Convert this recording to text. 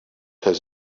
has